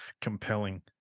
compelling